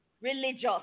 religious